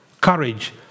courage